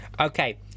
okay